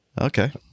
Okay